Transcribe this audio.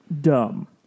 dumb